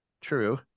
True